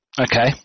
okay